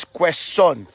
question